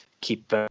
keep